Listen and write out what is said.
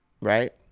right